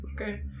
okay